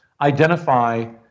identify